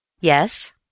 Yes